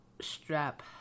strap